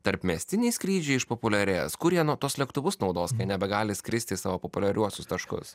tarpmiestiniai skrydžiai išpopuliarės kur jie nu tuos lėktuvus naudos kai nebegali skristi į savo populiariuosius taškus